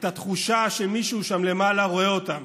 את התחושה שמישהו שם למעלה רואה אותם,